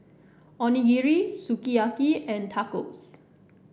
Onigiri Sukiyaki and Tacos